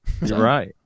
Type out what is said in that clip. Right